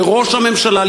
לראש הממשלה,